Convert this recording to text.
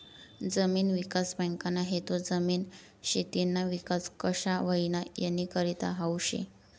जमीन विकास बँकना हेतू जमीन, शेतीना विकास कशा व्हई यानीकरता हावू शे